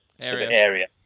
area